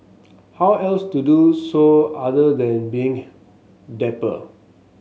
how else to do so other than being dapper